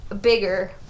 bigger